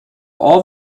all